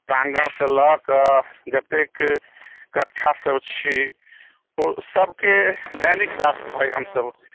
प्राङ्गणसँ लऽ कऽ जतेक कक्षासब छै ओ सबके दैनिक साफ सफाइ हमसब